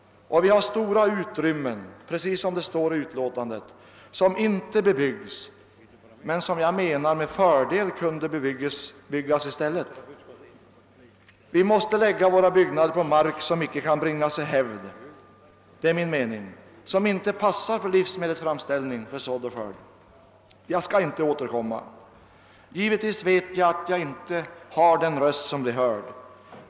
Och vi har stora utrymmen — precis som det står i utlåtandet — som inte bebyggs men som med fördel skulle kunna bebyggas i stället. Vi måste lägga våra byggnader på mark som inte kan bringas i hävd, som inte passar för livsmedelsframställning — för sådd och skörd. Jag skall inte återkomma i denna fråga. Givetvis vet jag att min röst inte blir hörd.